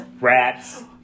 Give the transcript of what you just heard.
Rats